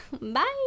bye